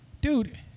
Dude